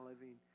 living